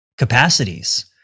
Capacities